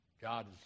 God